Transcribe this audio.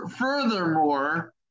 furthermore